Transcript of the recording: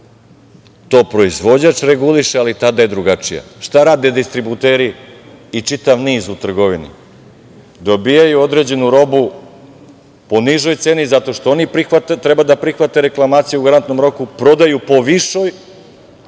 to proizvođač reguliše, ali tada je drugačija. Šta rade distributeri i čitav niz u trgovini? Dobijaju određenu robu po nižoj ceni, zato što oni treba da prihvate reklamaciju u garantnom roku, prodaju po višoj,